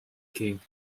king